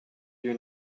you